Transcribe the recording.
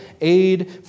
aid